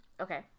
okay